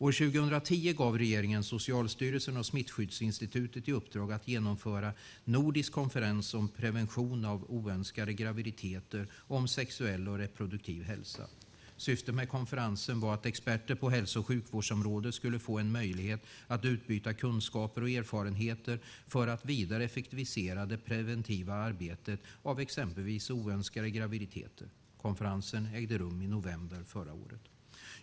År 2010 gav regeringen Socialstyrelsen och Smittskyddsinstitutet i uppdrag att genomföra en nordisk konferens om prevention av oönskade graviditeter och om sexuell och reproduktiv hälsa. Syftet med konferensen var att experter på hälso och sjukvårdsområdet skulle få en möjlighet att utbyta kunskaper och erfarenheter för att vidare effektivisera det preventiva arbetet av exempelvis oönskade graviditeter. Konferensen ägde rum i november förra året.